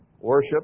worship